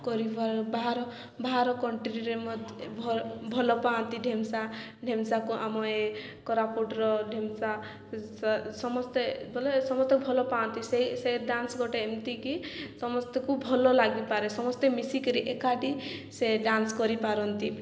କରି ବାହାର ବାହାର କଣ୍ଟ୍ରିରେ ମଧ୍ୟ ଭଲ ପାଆନ୍ତି ଢେମସା ଢେମସାକୁ ଆମ ଏ କୋରାପୁଟର ଢେମସା ସମସ୍ତେ ସମସ୍ତେ ଭଲ ପାଆନ୍ତି ସେଇ ସେ ଡାନ୍ସ ଗୋଟେ ଏମିତିକି ସମସ୍ତଙ୍କୁ ଭଲ ଲାଗିପାରେ ସମସ୍ତେ ମିଶି କରି ଏକାଠି ସେ ଡାନ୍ସ କରିପାରନ୍ତି